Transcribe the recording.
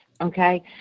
okay